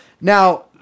Now